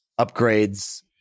upgrades